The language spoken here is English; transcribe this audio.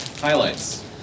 highlights